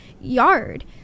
yard